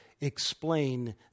explain